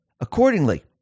Accordingly